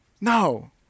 No